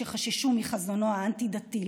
שחששו מחזונו האנטי-דתי,